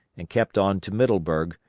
and kept on to middleburg,